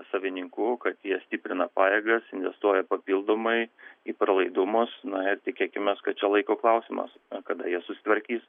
savininkų kad jie stiprina pajėgas investuoja papildomai į pralaidumus na ir tikėkimės kad čia laiko klausimas kada jie susitvarkys